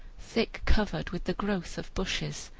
thick covered with the growth of bushes,